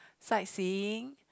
sightseeing